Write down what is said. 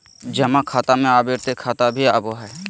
जमा खाता में आवर्ती खाता भी आबो हइ